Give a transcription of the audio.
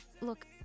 look